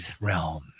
realm